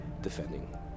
defending